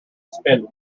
spend